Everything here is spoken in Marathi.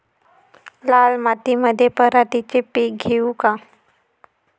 लाल मातीमंदी पराटीचे पीक घेऊ का?